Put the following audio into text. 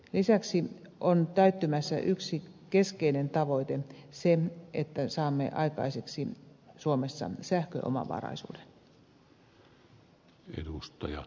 lisäksi on täyttymässä yksi keskeinen tavoite se että saamme aikaiseksi suomessa sähköomavaraisuuden